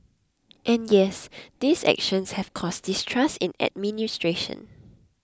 and yes these actions have caused distrust in administration